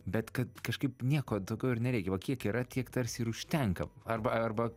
bet kad kažkaip nieko daugiau ir nereikia va kiek yra tiek tarsi ir užtenka arba arba